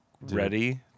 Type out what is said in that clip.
ready